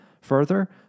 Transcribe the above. further